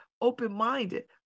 open-minded